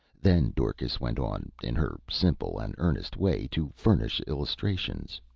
then dorcas went on, in her simple and earnest way, to furnish illustrations.